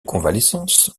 convalescence